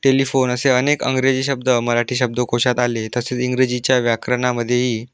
telephone असे अनेक अंग्रेजी शब्द मराठी शब्दकोशात आले तसेच इंग्रजीच्या व्याकरणामध्येही